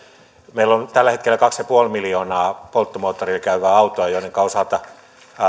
meillä on tällä hetkellä kaksi pilkku viisi miljoonaa polttomoottorilla käyvää autoa joidenka osalta